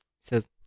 says